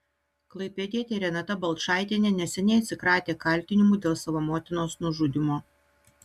klaipėdietė renata balčaitienė neseniai atsikratė kaltinimų dėl savo motinos nužudymo